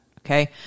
Okay